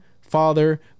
father